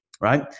right